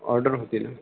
order देईल